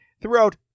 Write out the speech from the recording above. throughout